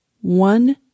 one